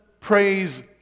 praise